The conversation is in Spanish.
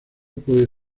puede